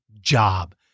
job